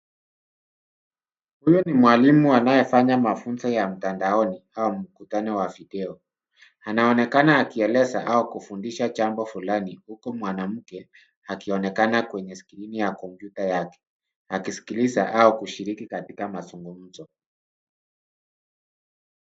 Huyu ni mwalimu anayefanya mafunzo ya mtandaoni au mkutano wa video . Anaonekana akieleza au kufundisha jambo fulani, huku mwanamke akionekana kwenye skrini ya kompyuta ya kompyuta yake akisikiliza au kushiriki katika mazungumzo.